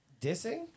dissing